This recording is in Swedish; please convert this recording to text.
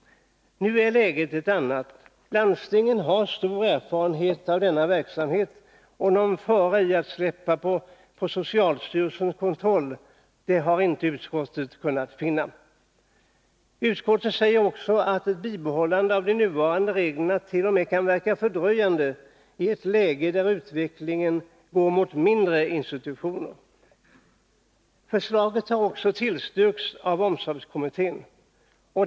Nu är läget ett annat. Landstingen har stor erfarenhet av denna verksamhet, och någon fara i att släppa efter på socialstyrelsens kontroll har inte utskottet kunnat finna. Utskottet säger också att ett bibehållande av de nuvarande reglerna t.o.m. kan verka fördröjande i ett läge där utvecklingen går mot mindre institutioner. Förslaget har också tillstyrkts av omsorgskommittén.